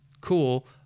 Cool